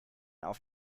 auf